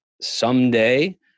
someday